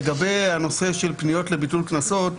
לגבי הנושא של פניות לביטול קנסות,